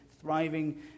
thriving